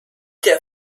der